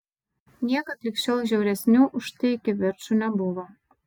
niekad lig šiol žiauresnių už tai kivirčų nebuvo